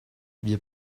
wir